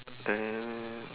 there